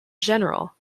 general